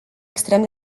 extrem